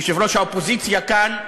יושב-ראש האופוזיציה כאן.